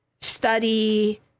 study